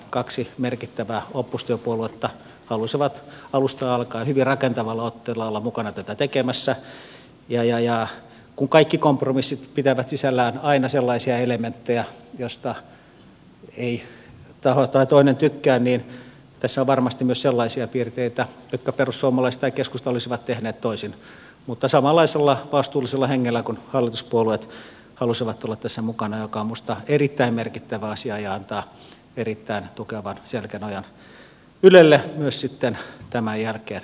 kaksi merkittävää oppositiopuoluetta halusivat alusta alkaen hyvin rakentavalla otteella olla mukana tätä tekemässä ja kun kaikki kompromissit aina pitävät sisällään sellaisia elementtejä joista ei taho tai toinen tykkää niin tässä on varmasti myös sellaisia piirteitä jotka perussuomalaiset tai keskusta olisi tehnyt toisin mutta samanlaisella vastuullisella hengellä kuin hallituspuolueet ne halusivat olla tässä mukana ja se on minusta erittäin merkittävä asia ja antaa ylelle erittäin tukevan selkänojan jatkaa toimintaansa myös tämän jälkeen